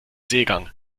seegang